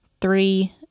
Three